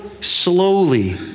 slowly